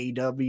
AW